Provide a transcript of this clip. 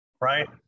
right